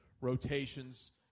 rotations